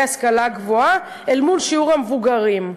ההשכלה הגבוהה אל מול שיעור המבוגרים.